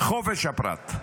חופש הפרט,